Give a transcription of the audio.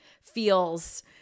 Feels